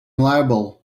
liable